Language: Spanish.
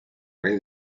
rey